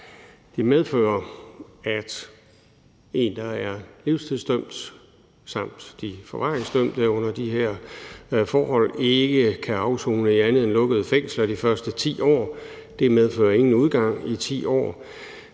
Det medfører, at personer, der er livstidsdømt eller forvaringsdømt under de her forhold ikke kan afsone i andet end lukkede fængsler de første 10 år. Det medfører, at der ikke er